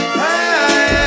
hey